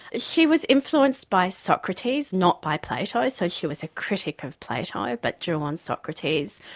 she was influenced by socrates. not by plato. so she was a critic of plato but drew on socrates.